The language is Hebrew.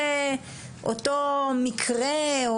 ואותו מקרה,